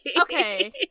Okay